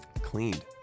cleaned